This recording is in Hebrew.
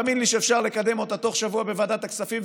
תאמין לי שאפשר לקדם אותה בתוך שבוע בוועדת הכספים,